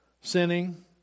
sinning